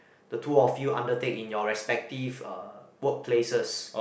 the two of you undertake in your respective uh workplaces